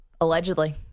Allegedly